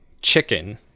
chicken